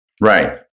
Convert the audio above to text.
Right